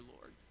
Lord